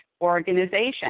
organization